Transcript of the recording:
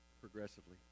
progressively